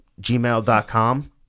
gmail.com